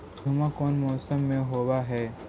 गेहूमा कौन मौसम में होब है?